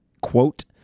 quote